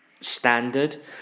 standard